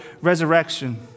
resurrection